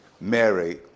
Mary